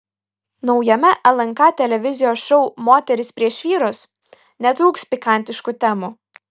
naujame lnk televizijos šou moterys prieš vyrus netrūks pikantiškų temų